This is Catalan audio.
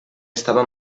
estava